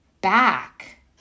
back